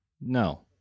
No